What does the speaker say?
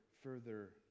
Further